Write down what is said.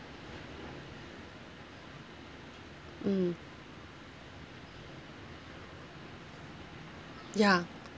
mm ya